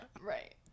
Right